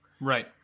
Right